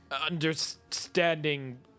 Understanding